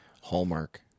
Hallmark